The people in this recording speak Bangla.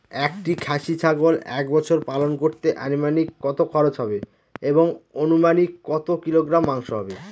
একটি খাসি ছাগল এক বছর পালন করতে অনুমানিক কত খরচ হবে এবং অনুমানিক কত কিলোগ্রাম মাংস হবে?